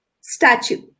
Statue